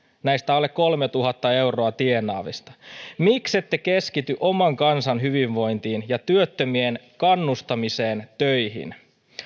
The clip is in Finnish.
näistä alle kolmetuhatta euroa tienaavista miksette keskity oman kansan hyvinvointiin ja työttömien kannustamiseen töihin